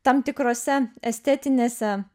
tam tikrose estetinėse